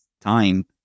time